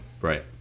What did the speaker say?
right